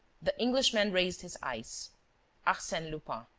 the englishman raised his eyes arsene lupin!